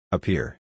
Appear